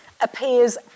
appears